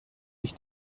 ich